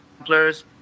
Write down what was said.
players